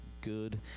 good